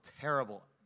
terrible